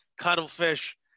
cuttlefish